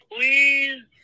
Please